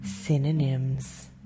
synonyms